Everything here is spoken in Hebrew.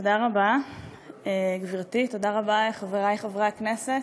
תודה רבה, גברתי, תודה רבה, חברי חברי הכנסת.